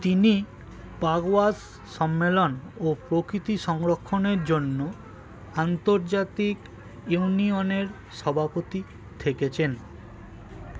তিনি পাগওয়াশ সম্মেলন ও প্রকৃতি সংরক্ষণের জন্য আন্তর্জাতিক ইউনিয়নের সভাপতি থেকেছেন